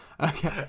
Okay